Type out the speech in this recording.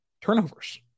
turnovers